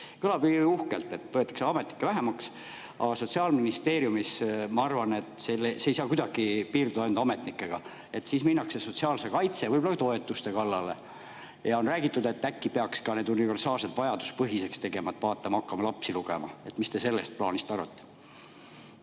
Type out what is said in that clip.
Kõlab ju uhkelt, et võetakse ametnikke vähemaks, aga Sotsiaalministeeriumis, ma arvan, ei saa see kuidagi piirduda ainult ametnikega. Siis minnakse sotsiaalse kaitse, võib-olla toetuste kallale. On räägitud, et äkki peaks ka need universaalsed [toetused] vajaduspõhiseks tegema, hakkama lapsi lugema. Mis te sellest plaanist arvate?